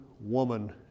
woman